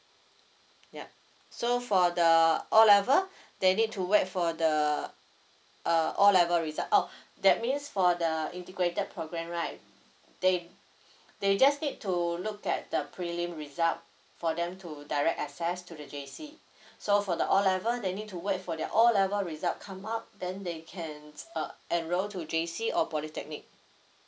ya so for the O level they need to wait for the uh O level result oh that means for the integrated program right they they just need to look at the prelim result for them to direct access to the J_C so for the O level they need to wait for their O level result come out then they can uh enroll to J_C or polytechnic